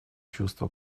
чувство